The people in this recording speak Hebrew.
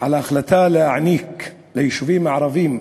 על ההחלטה להעניק ליישובים ערביים,